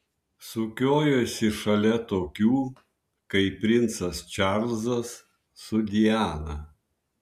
sukiojosi šalia tokių kaip princas čarlzas su diana